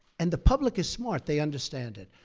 and the public is smart. they understand it.